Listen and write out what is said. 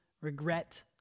regret